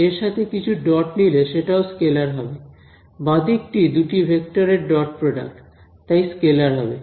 এর সাথে কিছু ডট নিলে সেটাও স্কেলার হবে বাঁদিক টি দুটি ভেক্টর এর ডট প্রডাক্ট তাই স্কেলার হবে